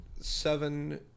seven